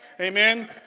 Amen